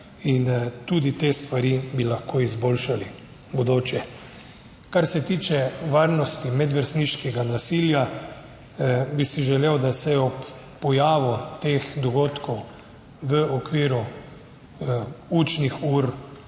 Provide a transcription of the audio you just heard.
In tudi te stvari bi lahko izboljšali v bodoče. Kar se tiče varnosti, medvrstniškega nasilja bi si želel, da se ob pojavu teh dogodkov v okviru učnih ur,